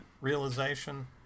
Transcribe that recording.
realization